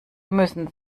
müssen